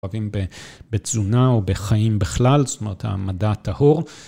אוהבים בתזונה או בחיים בכלל, זאת אומרת המדע טהור.